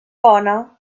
bona